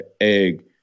egg